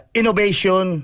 innovation